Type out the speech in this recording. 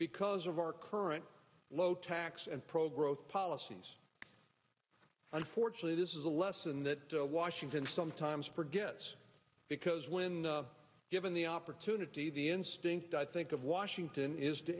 because of our current low tax and pro growth policies unfortunately this is a lesson that washington sometimes forgets because when given the opportunity the instinct i think of washington is to